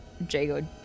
Jago